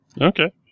okay